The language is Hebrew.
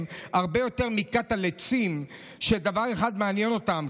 הרבה יותר מכת הלצים שדבר אחד מעניין אותם,